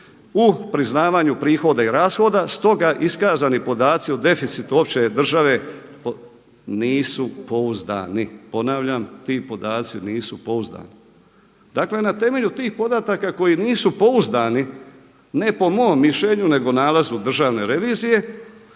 u priznavanju prihoda i rashoda. Stoga iskazani podaci o deficitu opće države nisu pouzdani“, ponavljam ti podaci nisu pouzdani. Dakle na temelju tih podataka koji nisu pouzdani ne po mom mišljenju nego po nalazu Državne revizije